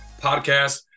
podcast